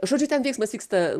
žodžiu ten veiksmas vyksta